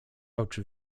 oczy